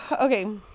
okay